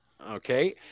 Okay